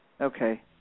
Okay